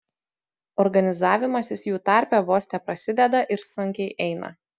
organizavimasis jų tarpe vos teprasideda ir sunkiai eina